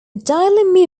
daily